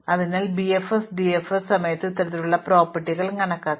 അതിനാൽ BFS DFS സമയത്തും ഇത്തരത്തിലുള്ള പ്രോപ്പർട്ടികൾ കണക്കാക്കാം